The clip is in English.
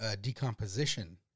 Decomposition